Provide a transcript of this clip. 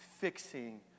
fixing